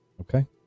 Okay